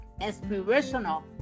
inspirational